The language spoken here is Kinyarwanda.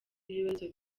ibibazo